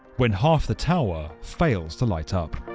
when half the tower fails to light up.